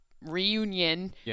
reunion